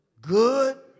Good